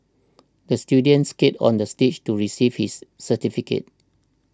the student skated onto the stage to receive his certificate